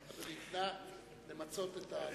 נא למצות את הדברים.